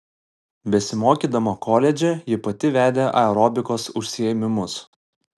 besimokydama koledže ji pati vedė aerobikos užsiėmimus